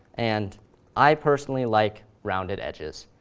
and i, personally, like rounded edges.